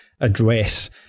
address